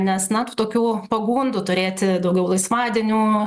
nes na tų tokių pagundų turėti daugiau laisvadienių